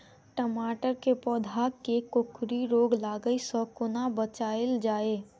टमाटर केँ पौधा केँ कोकरी रोग लागै सऽ कोना बचाएल जाएँ?